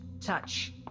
touch